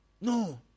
No